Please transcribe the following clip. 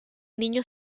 niño